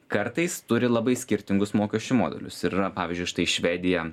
kartais turi labai skirtingus mokesčių modelius ir yra pavyzdžiui štai švedija